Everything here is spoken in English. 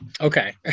Okay